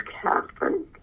Catherine